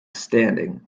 standing